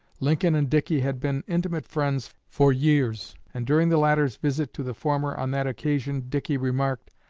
lincoln and dickey had been intimate friends for years, and during the latter's visit to the former on that occasion, dickey remarked,